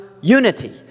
unity